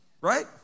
right